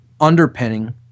underpinning